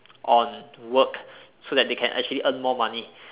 on work so that they can actually earn more money